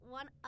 one